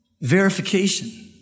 Verification